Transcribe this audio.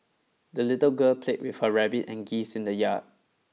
the little girl played with her rabbit and geese in the yard